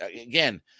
Again